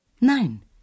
Nein